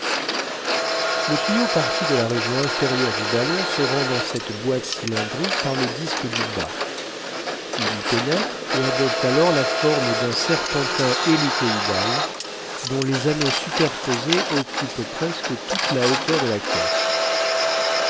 le tuyau parti de la région inférieure du ballon se rend dans cette boite cylindrique par le disque du bas il y pénètre et adopte alors la forme d'un serpentin hélicoïdal dont les anneaux superposés occupent presque toute la hauteur de la caisse